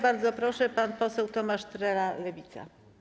Bardzo proszę, pan poseł Tomasz Trela, Lewica.